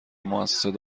موسسات